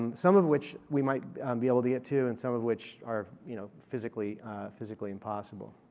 um some of which we might be able too get to. and some of which are you know physically physically impossible.